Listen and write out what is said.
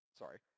sorry